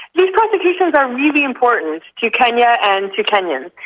these prosecutions are really important to kenya and to kenyans,